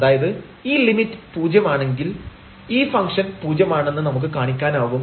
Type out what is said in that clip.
അതായത് ഈ ലിമിറ്റ് 0 ആണെങ്കിൽ ഈ ഫംഗ്ഷൻ പൂജ്യം ആണെന്ന് നമുക്ക് കാണിക്കാനാകും